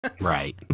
right